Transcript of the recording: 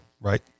right